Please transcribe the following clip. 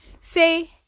say